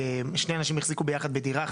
שני אנשים החזיקו ביחד בידרה,